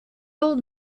old